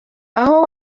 aho